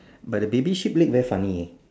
but the baby sheep leg very funny